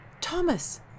Thomas